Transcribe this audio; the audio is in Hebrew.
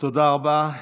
תודה רבה.